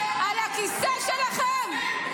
על הכיסא שלכם?